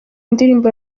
ndirimbo